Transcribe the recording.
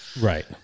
Right